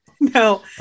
No